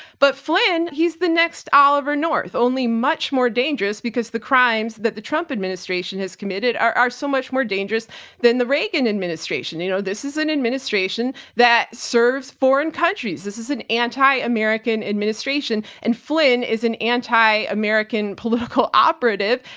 but flynn, he's the next oliver north, only much more dangerous, because the crimes that the trump administration has committed are are so much more dangerous than the reagan administration. you know, this is an administration that serves foreign countries. this is an anti-american administration, and flynn is an anti-american political operative,